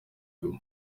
goma